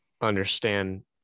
understand